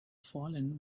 fallen